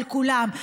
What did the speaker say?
על כולם,